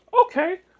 Okay